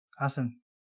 Awesome